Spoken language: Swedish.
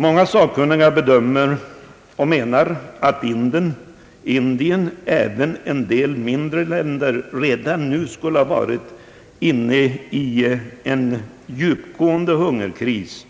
Många sakkunniga bedömare menar att Indien och även en del mindre länder redan nu skulle ha varit inne i en djupgående hungerkris